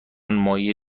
مایع